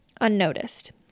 unnoticed